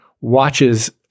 watches